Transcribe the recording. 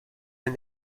and